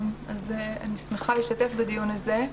אני שמחה להשתתף בדיון הזה.